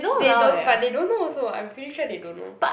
they don't but they don't know also I'm pretty sure they don't know